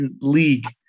league